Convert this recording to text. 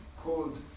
called